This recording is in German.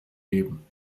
geben